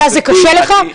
מה, זה קשה לך?